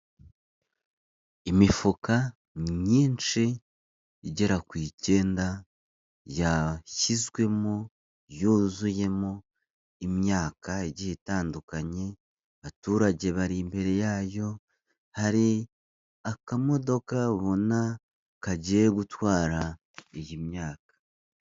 Imifuka myinshi igera ku icyenda yashyizwemo yuzuyemo imyaka igiye itandukanye, abaturage bari imbere yayo, hari akamodoka ubona kagiye gutwara iyi myaka.